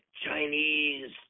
Chinese